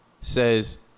says